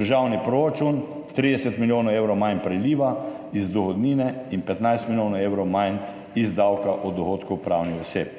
državni proračun 30 milijonov evrov manj priliva iz dohodnine in 15 milijonov evrov manj iz davka od dohodkov pravnih oseb.